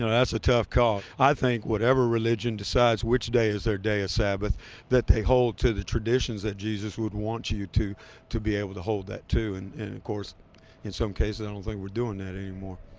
that's a tough call. i think whatever religion decides which day is their day of ah sabbath that they hold to the traditions that jesus would want you you to to be able to hold that to. and of course in some cases i don't think we're doing that anymore.